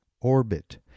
orbit